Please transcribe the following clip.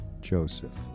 joseph